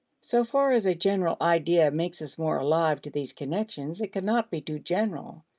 so far as a general idea makes us more alive to these connections, it cannot be too general.